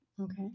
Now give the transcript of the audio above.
Okay